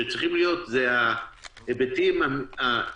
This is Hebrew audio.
שצריכים להיות הם ההיבטים האתיים,